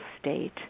state